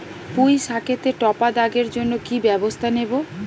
পুই শাকেতে টপা দাগের জন্য কি ব্যবস্থা নেব?